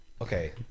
Okay